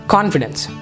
Confidence